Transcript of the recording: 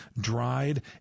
dried